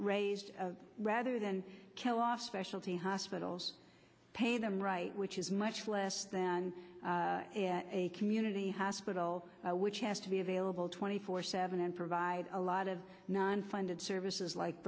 raised rather than kill off specialty hospitals pay them right which is much less than a community hospital which has to be available twenty four seven and provide a lot of non funded services like